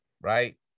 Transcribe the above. right